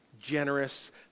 generous